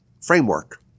framework